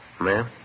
Ma'am